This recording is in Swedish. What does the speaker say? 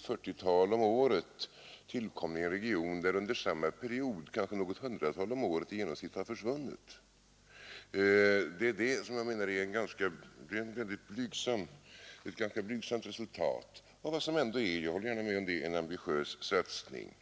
40-tal per år — tillkomna i en region där under samma period kanske i genomsnitt något hundratal om året försvunnit. Jag menar att det är ett ganska blygsamt resultat av vad som ändå är — jag håller gärna med om det — en ambitiös satsning.